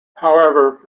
however